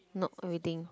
not everything